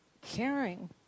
caring